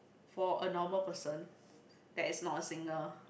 for a normal person that is not a singer